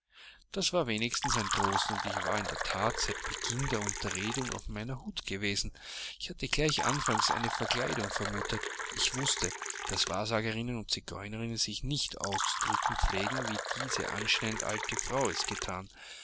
das war wenigstens ein trost und ich war in der that seit beginn der unterredung auf meiner hut gewesen ich hatte gleich anfangs eine verkleidung vermutet ich wußte daß wahrsagerinnen und zigeunerinnen sich nicht auszudrücken pflegen wie diese anscheinend alte frau es gethan